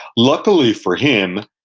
luckily for him,